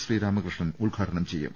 ശ്രീരാമകൃഷ്ണൻ ഉദ്ഘാ ടനം ചെയ്യും